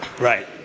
Right